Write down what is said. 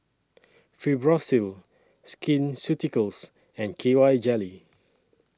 Fibrosol Skin Ceuticals and K Y Jelly